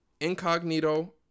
incognito